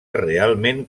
realment